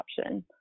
option